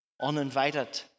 uninvited